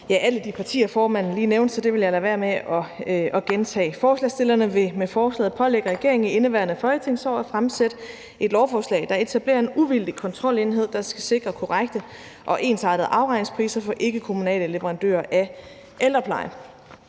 af alle de partier, formanden lige nævnte, så det vil jeg lade være med at gentage. Forslagsstillerne vil med forslaget pålægge regeringen i indeværende folketingsår at fremsætte et lovforslag, der etablerer en uvildig kontrolenhed, der skal sikre korrekte og ensartede afregningspriser for ikkekommunale leverandører af ældrepleje.